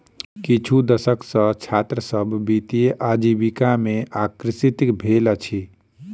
किछु दशक सॅ छात्र सभ वित्तीय आजीविका में आकर्षित भेल अछि